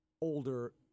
older